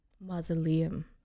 Mausoleum